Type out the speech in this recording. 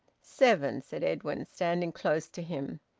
seven, said edwin, standing close to him.